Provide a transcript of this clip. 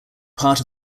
part